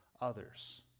others